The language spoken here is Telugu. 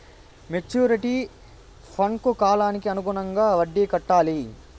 మెచ్యూరిటీ ఫండ్కు కాలానికి అనుగుణంగా వడ్డీ కట్టాలి